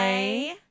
Bye